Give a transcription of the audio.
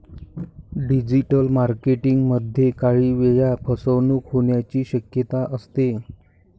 digital marketing मध्ये काही वेळा फसवणूक होण्याची शक्यता असते